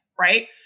Right